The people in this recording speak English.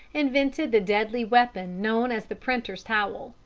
invented the deadly weapon known as the printer's towel.